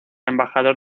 embajador